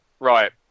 right